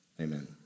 Amen